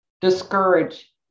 discourage